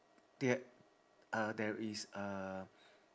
the~ uh there is a